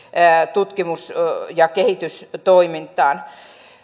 tutkimus ja kehitystoimintaan